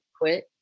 Quit